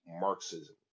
Marxism